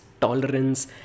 tolerance